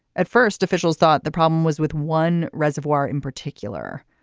at first officials thought the problem was with one reservoir in particular.